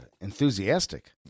enthusiastic